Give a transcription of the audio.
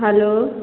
hello